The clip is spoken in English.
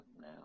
now